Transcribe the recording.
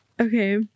okay